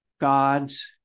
God's